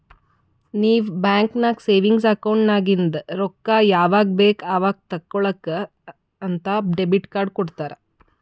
ನೀವ್ ಬ್ಯಾಂಕ್ ನಾಗ್ savings account ನಾಗಿಂದ್ ರೊಕ್ಕಾ ಯಾವಾಗ್ ಬೇಕ್ ಅವಾಗ್ ತೇಕೊಳಾಕ್ ಅಂತ್ ಡೆಬಿಟ್ ಕಾರ್ಡ್ ಕೊಡ್ತಾರ